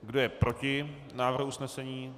Kdo je proti návrhu usnesení?